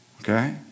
Okay